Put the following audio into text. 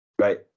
Right